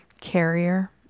carrier